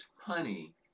Honey